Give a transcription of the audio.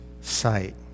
sight